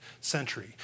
century